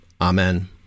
Amen